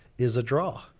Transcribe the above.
is a draw.